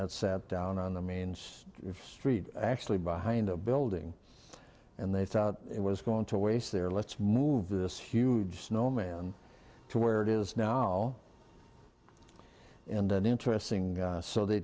that sat down on the mean street actually behind a building and they thought it was going to waste their let's move this huge snowman to where it is now and then interesting so they